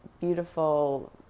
beautiful